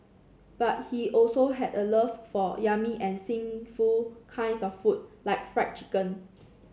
but he also had a love for yummy and sinful kinds of food like fried chicken